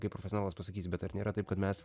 kaip profesionalas pasakysi bet ar nėra taip kad mes